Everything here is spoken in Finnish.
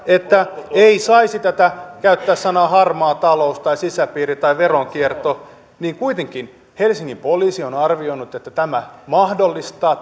että ei saisi käyttää sanoja harmaa talous tai sisäpiiri tai veronkierto niin kuitenkin helsingin poliisi on arvioinut että tämä